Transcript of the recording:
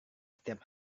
setiap